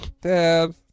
Dad